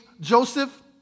Joseph